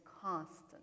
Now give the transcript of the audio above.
constant